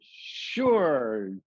Sure